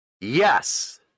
yes